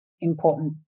important